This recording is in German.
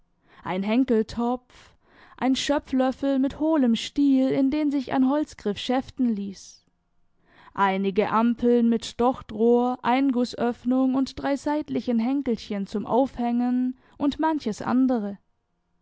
ein henkeltopf ein schöpflöffel mit hohlem stiel in den sich ein holzgriff schäften ließ einige ampeln mit dochtrohr eingußöffnung und drei seitlichen henkelchen zum aufhängen und manches andere